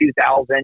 2000